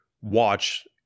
watch